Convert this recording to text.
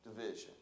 Division